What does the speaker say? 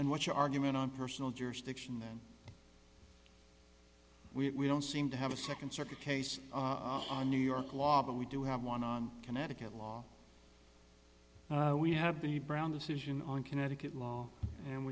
and what's your argument on personal jurisdiction then we don't seem to have a nd circuit case on new york law but we do have one on connecticut law we have the brown decision on connecticut